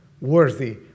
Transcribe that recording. worthy